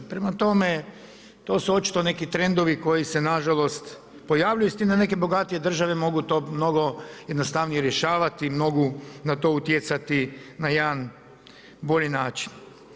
Prema tome, to su očito neki trendovi koji se na žalost pojavljuju, s tim da neke bogatije države mogu to mnogo jednostavnije rješavati, mogu na to utjecati na jedan bolji način.